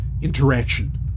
interaction